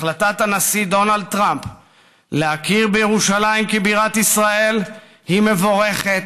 החלטת הנשיא דונלד טראמפ להכיר בירושלים כבירת ישראל היא מבורכת,